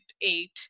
eight